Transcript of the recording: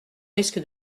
risque